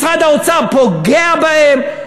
משרד האוצר פוגע בהם.